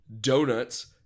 Donuts